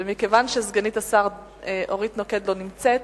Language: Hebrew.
ומכיוון שסגנית השר אורית נוקד לא נמצאת,